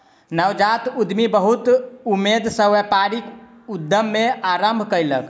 नवजात उद्यमी बहुत उमेद सॅ व्यापारिक उद्यम के आरम्भ कयलक